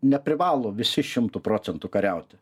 neprivalo visi šimtu procentu kariauti